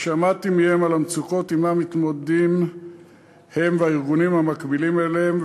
שמעתי מהם על המצוקות שעמן מתמודדים הם והארגונים המקבילים אליהם,